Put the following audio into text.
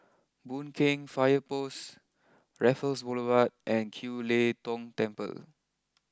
Boon Keng fire post Raffles Boulevard and Kiew Lee Tong Temple